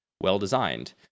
well-designed